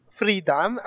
freedom